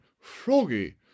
froggy